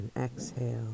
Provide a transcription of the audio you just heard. exhale